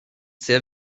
sehr